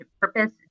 purpose